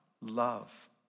Love